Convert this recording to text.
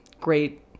Great